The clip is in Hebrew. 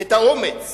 את האומץ